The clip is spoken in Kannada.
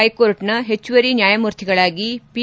ಹೈಕೋರ್ಟ್ನ ಹೆಚ್ಚುವರಿ ನ್ಯಾಯಮೂರ್ತಿಗಳಾಗಿ ಪಿ